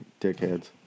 dickheads